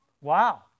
wow